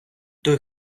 той